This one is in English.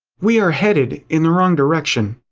we are headed in the wrong direction.